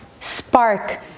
spark